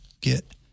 get